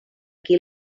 qui